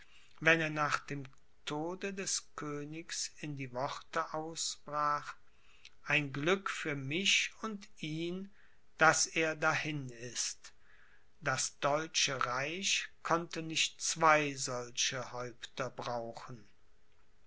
wenn er nach dem tode des königs in die worte ausbrach ein glück für mich und ihn daß er dahin ist das deutsche reich konnte nicht zwei solche häupter brauchen